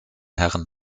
herren